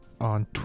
on